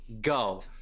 go